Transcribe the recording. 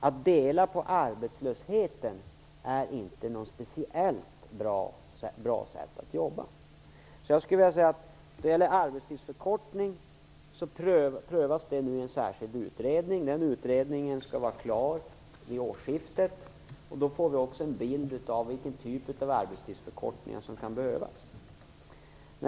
Att dela på arbetslösheten är inte något speciellt bra sätt att jobba. Frågan om en arbetstidsförkortning prövas nu i en särskild utredning, som skall vara klar vid årsskiftet, och då får vi en bild av vilken typ av arbetstidsförkortningar som kan behövas.